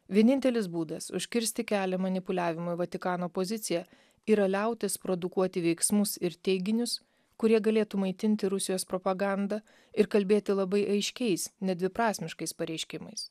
vienintelis būdas užkirsti kelią manipuliavimui vatikano pozicija yra liautis produkuoti veiksmus ir teiginius kurie galėtų maitinti rusijos propagandą ir kalbėti labai aiškiais nedviprasmiškais pareiškimais